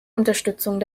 unterstützung